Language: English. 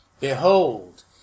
Behold